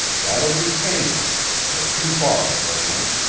that'll be famous the two-bar brand.